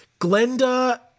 Glenda